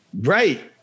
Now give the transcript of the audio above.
Right